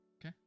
Okay